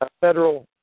federal